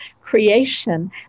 creation